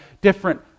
different